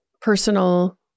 personal